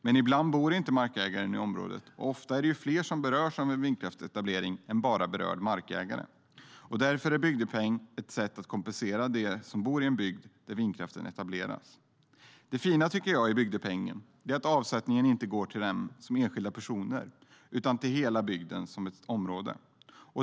Men ibland bor inte markägaren i området, och ofta är det fler som berörs av en vindkraftsetablering än bara berörd markägare. Därför är bygdepeng ett sätt att kompensera dem som bor i en bygd där vindkraften etableras. Det fina i bygdepengen är att avsättningen inte går till dem som enskilda personer utan till hela bygden som ett område.